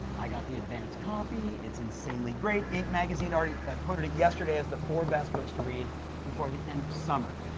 i got the advanced copy, it's insanely great. inc magazine already quoted it yesterday as the four best books to read before the end of summer.